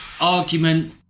Argument